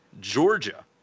Georgia